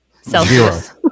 Celsius